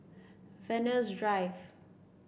Venus Drive